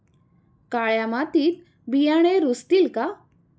काळ्या मातीत बियाणे रुजतील का?